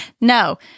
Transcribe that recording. No